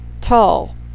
tall